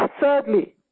thirdly